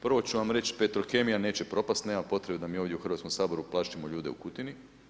Prvo ću vam reći Petrokemija neće propasti, nema potrebe da mi ovdje u Hrvatskom saboru plašimo ljude u Kutini.